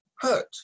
hurt